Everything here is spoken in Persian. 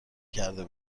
کرده